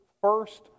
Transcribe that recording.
first